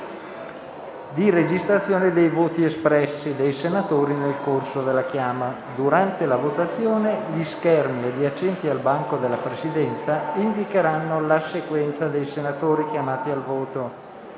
di registrazione dei voti espressi dai senatori nel corso della chiama. Durante la votazione gli schermi adiacenti al banco della Presidenza indicheranno la sequenza dei senatori chiamati al voto.